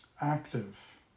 active